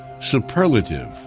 superlative